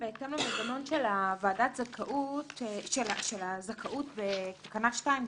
בהתאם למנגנון של ועדת הזכאות בתקנה 2,